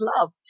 love